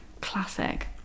classic